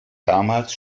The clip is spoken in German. damals